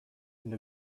and